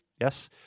Yes